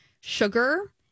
sugar